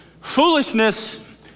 Foolishness